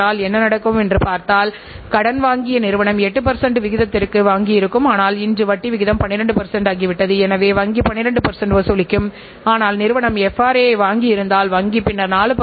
வாடிக்கையாளர்கள் உங்களிடம் உள்ள சந்தையிலிருந்து வெளியேறாமல் இருப்பதற்கு அவர்களுடைய தேவை பரிபூரண திருப்தி அடைந்து உள்ளதா என்பதை உள் நோக்கி பார்க்க வேண்டும்